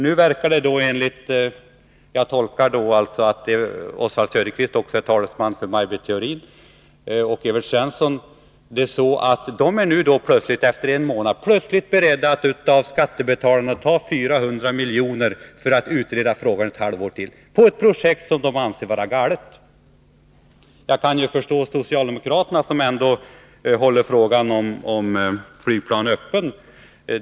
Jag tolkar Oswald Söderqvist och socialdemokraternas talesmän Maj Britt Theorin och Evert Svensson så att de nu plötsligt efter en månad är beredda att av skattebetalarna ta 400-500 miljoner för att utreda frågan ett halvår till beträffande ett projekt som de anser vara galet. Jag kan förstå socialdemokraterna, som ändå håller frågan om flygplan öppen.